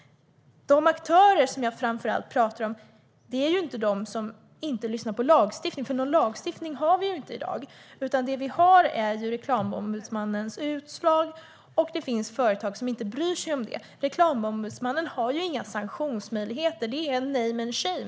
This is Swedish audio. De aktörer jag framför allt talar om är inte de som inte lyssnar på lagstiftning, för någon lagstiftning har vi ju inte i dag. Det vi har är Reklamombudsmannens utslag, och det finns företag som inte bryr sig om dem. Reklamombudsmannen har inga sanktionsmöjligheter.